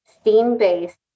STEAM-based